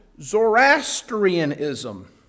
Zoroastrianism